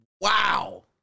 Wow